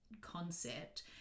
concept